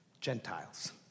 Gentiles